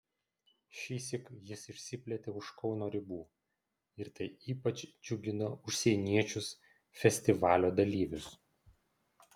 šįsyk jis išsiplėtė už kauno ribų ir tai ypač džiugino užsieniečius festivalio dalyvius